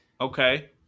Okay